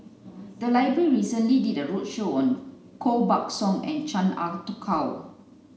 the library recently did a roadshow on Koh Buck Song and Chan Ah Kow